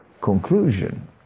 conclusion